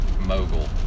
mogul